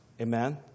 Amen